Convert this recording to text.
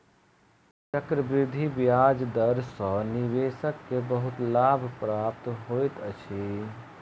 चक्रवृद्धि ब्याज दर सॅ निवेशक के बहुत लाभ प्राप्त होइत अछि